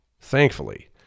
thankfully